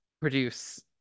produce